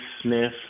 smith